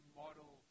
model